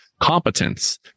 competence